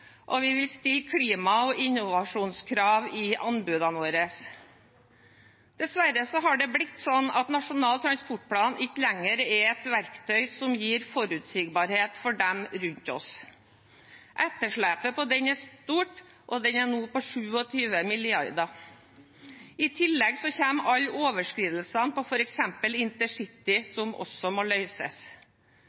og vi vil stille klima- og innovasjonskrav i anbudene våre. Dessverre har det blitt sånn at Nasjonal transportplan ikke lenger er et verktøy som gir forutsigbarhet for dem rundt oss. Etterslepet er stort og er nå på 27 mrd. kr. I tillegg kommer alle overskridelsene, f.eks. på intercity, som også må